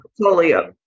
portfolio